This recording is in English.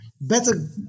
Better